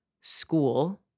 school